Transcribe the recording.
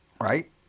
Right